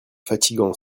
fatigant